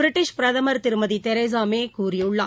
British பிரதம் திருமதி Theresa May கூறியுள்ளார்